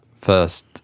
first